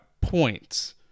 points